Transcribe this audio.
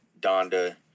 Donda